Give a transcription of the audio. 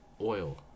Oil